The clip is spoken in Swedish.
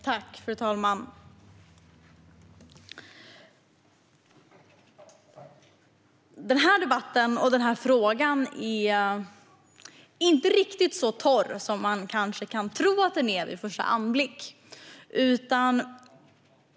Fru talman! Denna fråga är inte riktigt så torr som man vid en första anblick kan tro.